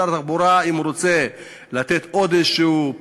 שר התחבורה, אם הוא רוצה לתת עוד איזה פן,